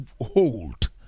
hold